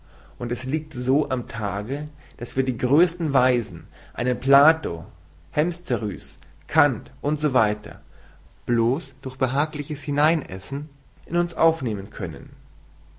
und es liegt so am tage daß wir die größten weisen einen plato hemsterhuis kant u s w blos durch behagliches hineinessen in uns aufnehmen können